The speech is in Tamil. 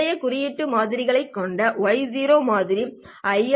முந்தைய குறியீட்டு மாதிரிகளைக் கொண்ட y மாதிரி ஐ